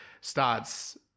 starts